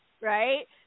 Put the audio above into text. right